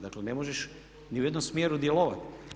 Dakle ne možeš ni u jednom smjeru djelovati.